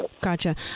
Gotcha